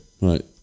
right